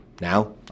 Now